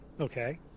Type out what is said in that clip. Okay